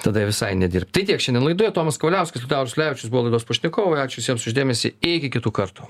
tada visai nedirbt tai tiek šiandien laidoje tomas kavaliauskas liutauras ulevičius buvo laidos pašnekovai ačiū visiems už dėmesį iki kitų kartų